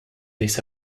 this